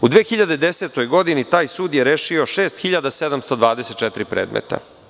U 2010. godini taj sud je rešio 6.724 predmeta.